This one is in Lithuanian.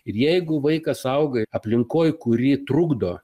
ir jeigu vaikas auga aplinkoj kuri trukdo